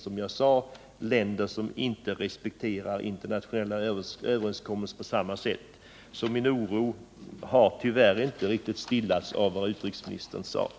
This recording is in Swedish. Det kan även gälla länder som inte respekterar internationella överenskommelser på samma sätt som de nuvarande kärnvapenländerna gör. Min oro har därför tyvärr inte stillats av vad utrikesministern sade.